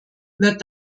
wird